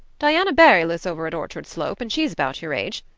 diana barry lives over at orchard slope and she's about your age.